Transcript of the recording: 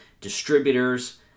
distributors